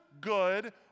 good